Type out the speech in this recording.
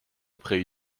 après